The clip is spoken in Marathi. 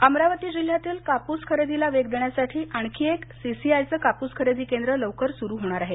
अमरावती अमरावती जिल्ह्यातील कापूस खरेदीला वेग देण्यासाठीआणखी एक सीसीआयचे कापूस खरेदी केंद्र लवकरच सुरू होणार आहे